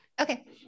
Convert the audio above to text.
Okay